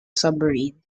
submarine